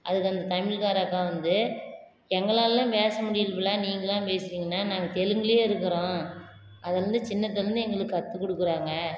அதுக்கு அந்த தமிழ்கார அக்கா வந்து எங்களாலலாம் பேச முடியல பிள்ளை நீங்கள்லாம் பேசுறிங்கன்னா நாங்கள் தெலுங்குலேயே இருக்கிறோம் அது வந்து சின்னதுலேருந்து எங்களுக்கு கற்றுக் கொடுக்குறாங்க